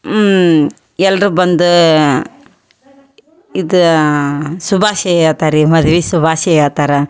ಎಲ್ಲರೂ ಬಂದು ಇದು ಶುಭಾಶಯ ಹೇಳ್ತಾರ್ ರೀ ಮದ್ವೆ ಶುಭಾಶಯ ಹೇಳ್ತಾರ